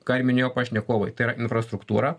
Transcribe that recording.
ką ir minėjo pašnekovai tai yra infrastruktūra